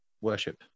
worship